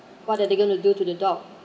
what are they going to do to the dog